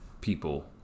people